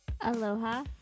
Aloha